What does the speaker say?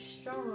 strong